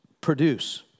produce